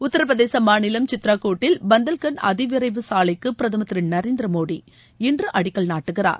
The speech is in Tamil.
உத்தரப்பிரதேச மாநிலம் சித்திரகூட்டில் பந்தல்கண்ட் அதிவிரைவு சாலைக்கு பிரதமர் திரு நரேந்திர மோடி இன்று அடிக்கல் நாட்டுகிறார்